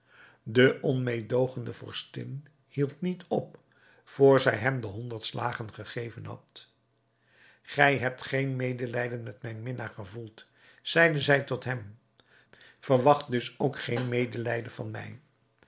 de onmeêdoogende vorstin hield niet op vr zij hem de honderd slagen gegeven had gij hebt geen medelijden met mijnen minnaar gevoeld zeide zij tot hem verwacht dus ook geen medelijden van mij